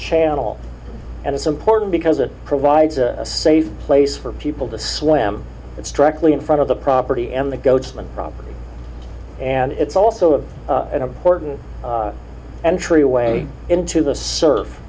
channel and it's important because it provides a safe place for people to swim it's directly in front of the property and the goats and property and it's also an important entryway into the surf